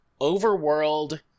overworld